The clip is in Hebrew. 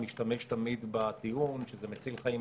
משתמש תמיד בטיעון שזה מציל חיים,